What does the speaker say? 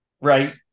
Right